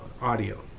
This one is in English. audio